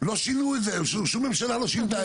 לא שינו את זה, שום ממשלה לא שינתה את זה.